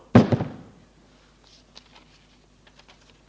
Måndagen den